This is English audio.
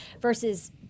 versus